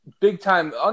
Big-time